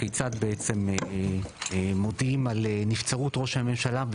כיצד בעצם מודיעים על נבצרות ראש הממשלה,